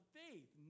faith